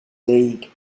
league